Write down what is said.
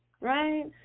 right